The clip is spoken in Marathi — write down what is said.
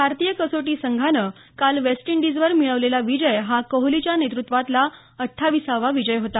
भारतीय कसोटी संघानं काल वेस्ट इंडीजवर मिळवलेला विजय हा कोहलीच्या नेतृत्वातला अठ्ठावीसावा विजय होता